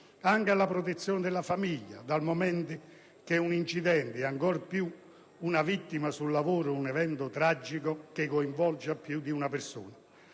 anche alla protezione della famiglia, dal momento che un incidente, e ancor più una vittima sul lavoro, è un evento tragico che coinvolge più di una persona,